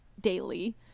daily